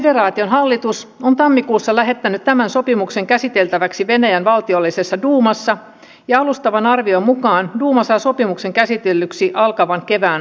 venäjän federaation hallitus on tammikuussa lähettänyt tämän sopimuksen käsiteltäväksi venäjän valtiollisessa duumassa ja alustavan arvion mukaan duuma saa sopimuksen käsitellyksi alkavan kevään aikana